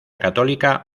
católica